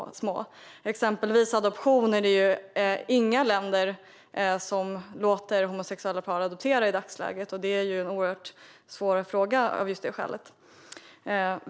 När det gäller till exempel adoption är det inga länder som låter homosexuella par adoptera i dagsläget, och detta är en oerhört svår fråga av just det skälet.